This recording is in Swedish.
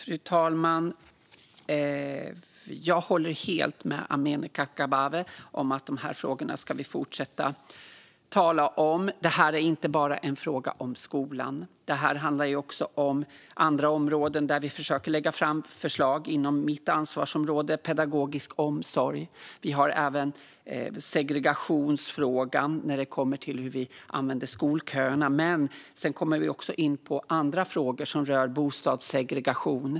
Fru talman! Jag håller helt med Amineh Kakabaveh om att vi ska fortsätta tala om dessa frågor. Det här handlar inte bara om skolan utan också om andra områden. Vi försöker lägga fram förslag inom mitt ansvarsområde, pedagogisk omsorg. Vi har även segregationsfrågan och hur vi använder skolköerna. Men vi kommer också in på annat som rör bostadssegregation.